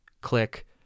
click